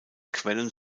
quellen